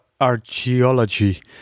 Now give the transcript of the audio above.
archaeology